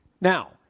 Now